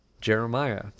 Jeremiah